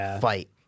fight